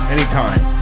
Anytime